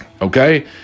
Okay